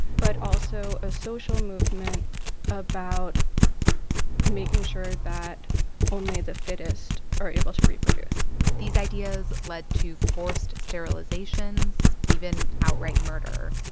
but also a social movement about making sure that only the fittest are able to reproduce these ideas led to forced sterilizations, even outright murder.